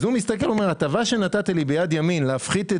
אז הוא מסתכל ואומר הטבה שנתת לי ביד ימין להפחית את